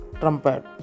trumpet